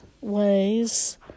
ways